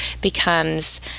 becomes